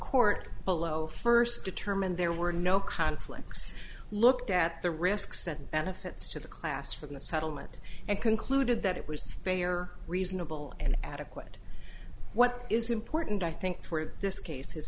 court below first determined there were no conflicts looked at the risks and benefits to the class from the settlement and concluded that it was fair or reasonable and adequate what is important i think for this case is